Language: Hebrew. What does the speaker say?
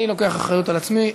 אני לוקח אחריות על עצמי.